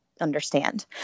understand